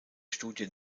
studie